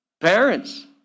Parents